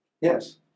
Yes